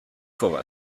for